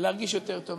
ולהרגיש יותר טוב.